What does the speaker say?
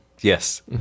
Yes